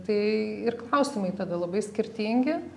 tai ir klausimai tada labai skirtingi